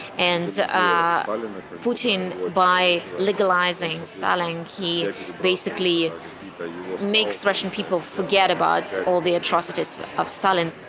and ah putin, by legalizing stalin, he basically makes russian people forget about all the atrocities of stalin.